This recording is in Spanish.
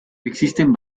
existen